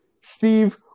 Steve